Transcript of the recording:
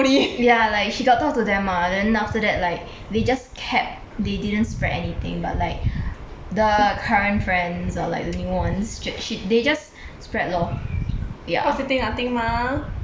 ya like she got talk to them ah then after that like they just kept they didn't spread anything but like the current friends or like the new ones s~ they just spread lor ya